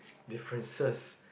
differences